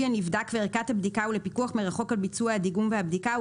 הנבדק וערכת הבדיקה ולפיקוח מרחוק על ביצוע הבדיקה,